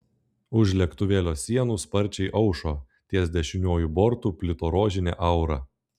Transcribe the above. už lėktuvėlio sienų sparčiai aušo ties dešiniuoju bortu plito rožinė aura